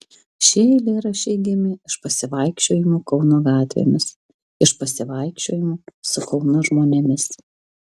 šie eilėraščiai gimė iš pasivaikščiojimų kauno gatvėmis iš pasivaikščiojimų su kauno žmonėmis